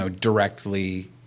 directly